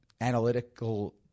analytical